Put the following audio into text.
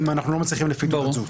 אם אנחנו לא מצליחים לפי תעודת זהות.